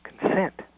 consent